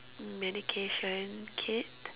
medication kit